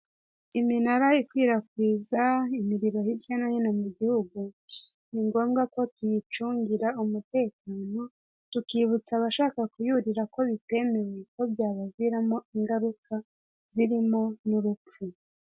Iminara ikwirakwiza imiriro hirya no hino mu gihugu, ni ngombwa ko tuyicungira umutekano, tukibutsa abashaka kuyurira ko bitemewe, ko byabaviramo ingaruka zirimo n'urupfu.